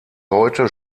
heute